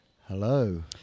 Hello